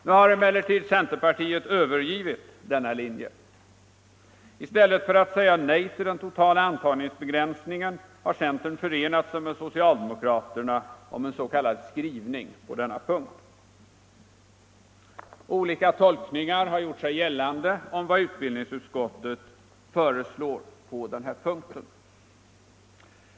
Nu har emellertid centerpartiet övergivit den linjen. I stället för att säga nej till den totala antagningsbegränsningen har centern förenat sig med socialdemokraterna om en s.k. skrivning på denna punkt. Olika tolkningar har gjort sig gällande om vad utbildningsutskottet föreslår på denna punkt.